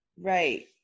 right